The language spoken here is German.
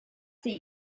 die